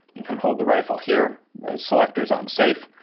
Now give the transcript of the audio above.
you can hold the rifle here, the selector's on safe,